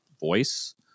voice